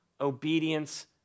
obedience